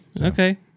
okay